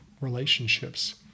relationships